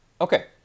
Okay